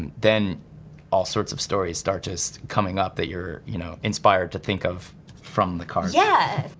and then all sorts of stories start just coming up that you're you know inspired to think of from the card. yeah,